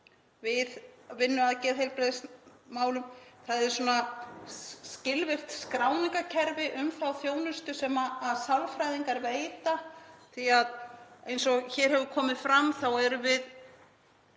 við vinnu að geðheilbrigðismálum, þ.e. skilvirkt skráningarkerfi um þá þjónustu sem sálfræðingar veita því að eins og hér hefur komið fram erum við